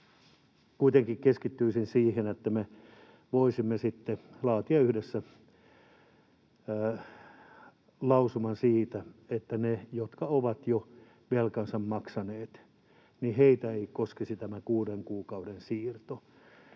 kuitenkin keskittyisin siihen, että me voisimme sitten laatia yhdessä lausuman siitä, että niitä, jotka ovat jo velkansa maksaneet, ei koskisi tämä kuuden kuukauden siirto.